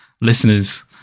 listeners